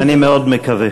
אני מאוד מקווה.